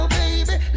baby